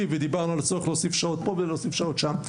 ודיברנו על הצורך להוסיף שעות פה ולהוסיף שעות שם,